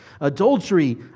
Adultery